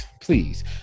Please